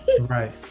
Right